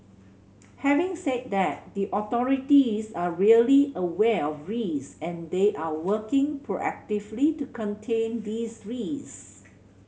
having said that the authorities are really aware of risk and they are working proactively to contain these risk